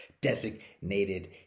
designated